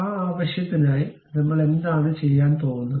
ആ ആവശ്യത്തിനായി നമ്മൾ എന്താണ് ചെയ്യാൻ പോകുന്നത്